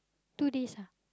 two days ah